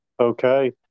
Okay